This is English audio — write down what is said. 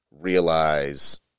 realize